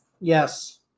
Yes